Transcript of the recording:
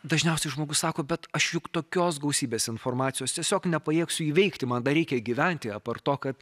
dažniausiai žmogus sako bet aš juk tokios gausybės informacijos tiesiog nepajėgsiu įveikti man dar reikia gyventi apart to kad